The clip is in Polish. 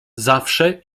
zawsze